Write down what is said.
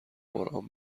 قران